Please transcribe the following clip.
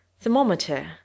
Thermometer